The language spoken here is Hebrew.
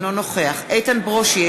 אינו נוכח איתן ברושי,